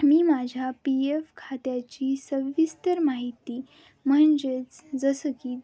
मी माझ्या P F खात्याची सविस्तर माहिती म्हणजेच जसं की